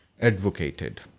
advocated